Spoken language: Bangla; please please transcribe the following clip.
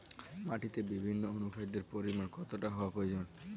মাটিতে বিভিন্ন অনুখাদ্যের পরিমাণ কতটা হওয়া প্রয়োজন?